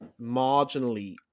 marginally